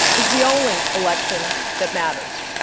is the only election that matters.